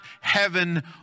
heaven